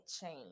change